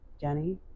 Jenny